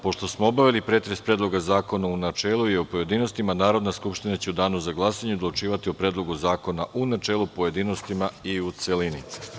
Pošto smo obavili pretres Predloga zakona u načelu i u pojedinostima, Narodna skupština će u danu za glase odlučivati o Predlogu zakona u načelu, pojedinostima i u celini.